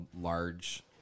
large